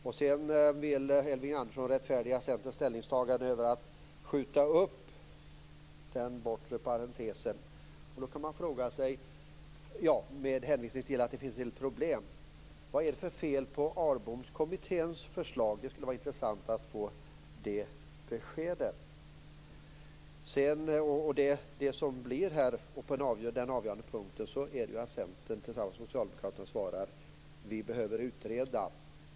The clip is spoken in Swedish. Elving Andersson vill också rättfärdiga Centerns ställningstagande för att skjuta upp den bortre parentesen med hänvisning till att det finns en del problem. Det skulle bara intressant att få det beskedet. Den avgörande punkten är ju att Centern tillsammans med Socialdemokraterna svarar: Vi behöver utreda.